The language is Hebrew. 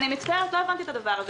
גפני, אני מצטערת, לא הבנתי את הדבר הזה.